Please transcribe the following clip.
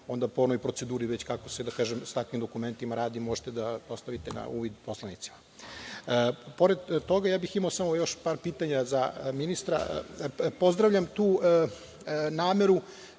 onda po onoj proceduri već kako se sa takvim dokumentima radi, možete da dostavite na uvid narodnim poslanicima. Pored toga, imao bih samo još par pitanja za ministra. Pozdravljam nameru